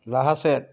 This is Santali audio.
ᱞᱟᱦᱟ ᱥᱮᱫ